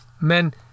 Men